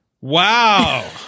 Wow